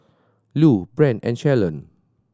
Lue Brent and Shalon